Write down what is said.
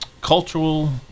cultural